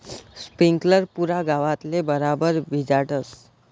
sprinkler पुरा गावतले बराबर भिजाडस